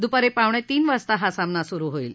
दुपारी पावणे तीन वाजता हा सामना सुरु होईल